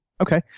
Okay